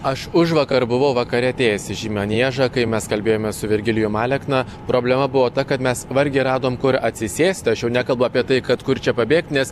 aš užvakar buvau vakare atėjęs į šį maniežą kai mes kalbėjome su virgilijum alekna problema buvo ta kad mes vargiai radom kur atsisėsti aš jau nekalbu apie tai kad kur čia pabėgti nes